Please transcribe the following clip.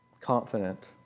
confident